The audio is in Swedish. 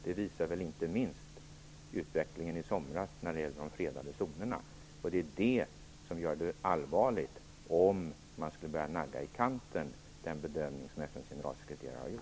Det visar inte minst utvecklingen i somras när det gäller de fredade zonerna. Det är det som gör det allvarligt om man skulle börja nagga den bedömning som FN:s generalsekreterare har gjort i kanten.